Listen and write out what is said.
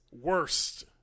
worst